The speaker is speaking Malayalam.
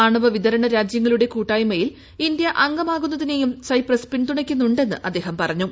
ആണവ വിതരണ രാജ്യങ്ങളുടെ കൂട്ടായ്മയിൽ ഇന്ത്യ അംഗമാകുന്നതിനെയും സൈപ്രസ് പിന്തുണയ്ക്കുന്നു ന്ന് അദ്ദേഹം പറഞ്ഞു